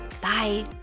Bye